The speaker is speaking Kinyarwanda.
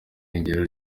irengero